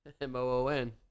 M-O-O-N